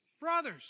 Brothers